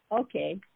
Okay